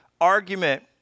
argument